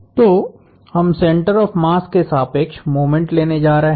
तो हम centre of mass के सापेक्ष मोमेंट लेने जा रहे हैं